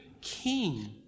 King